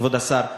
כבוד השר,